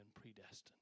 predestined